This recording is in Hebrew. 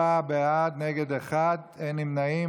34 בעד, מתנגד אחד, אין נמנעים.